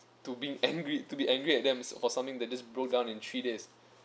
to being angry to be angry at them for something that just broke down in three days